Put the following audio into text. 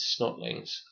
snotlings